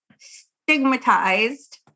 stigmatized